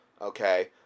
okay